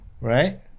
Right